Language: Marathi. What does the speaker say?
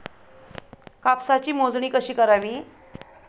कापसाची मोजणी कशी करावी?